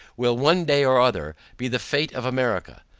will one day or other, be the fate of america,